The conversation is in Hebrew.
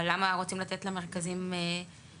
אבל למה רוצים לתת למרכזים הקטנים,